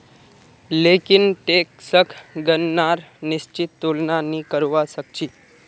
लेकिन टैक्सक गणनार निश्चित तुलना नी करवा सक छी